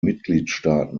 mitgliedstaaten